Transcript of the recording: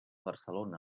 barcelona